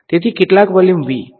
તેથી કેટલાક volume V